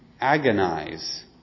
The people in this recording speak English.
agonize